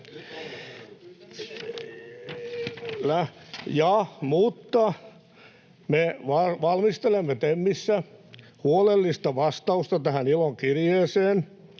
Me valmistelemme TEMissä huolellista vastausta tähän ILOn kirjeeseen,